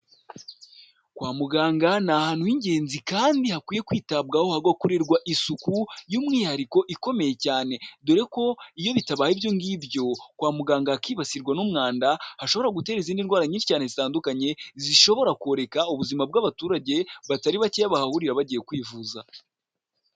Kwa muganga ni ahantu h'ingenzi kandi hakwiye kwitabwaho, hagakorerwa isuku y'umwihariko ikomeye cyane, dore ko iyo bitabaye ibyo ngibyo, kwa muganga hakibasirwa n'umwanda, hashobora gutera izindi ndwara nyinshi cyane zitandukanye, zishobora koreka ubuzima bw'abaturage batari bakeya bahahurira bagiye kwivuza.